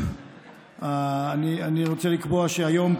אני רוצה לקבוע שהיום,